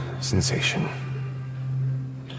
sensation